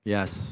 Yes